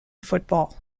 football